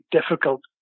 difficult